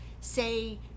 say